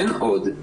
אין עוד.